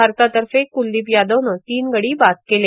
भारतातर्फे कुलदीप यादवनं तीन गडी बाद केले